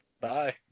Bye